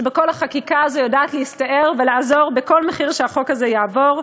שבכל החקיקה הזו יודעת להסתער בכל מחיר ולעזור שהחוק הזה יעבור.